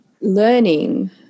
learning